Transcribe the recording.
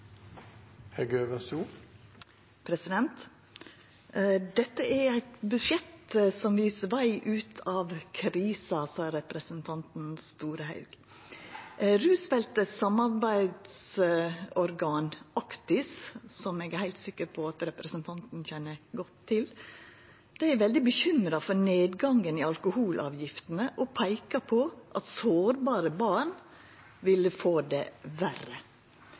Dette er eit budsjett som viser veg ut av krisa, sa representanten Storehaug. Actis – Rusfeltets samarbeidsorgan, som eg er heilt sikker på at representanten kjenner godt til, er veldig bekymra for nedgangen i alkoholavgiftene og peikar på at sårbare barn vil få det verre.